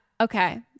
Okay